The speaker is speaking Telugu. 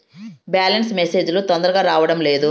బ్యాలెన్స్ మెసేజ్ లు తొందరగా రావడం లేదు?